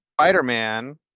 Spider-Man